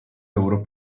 loro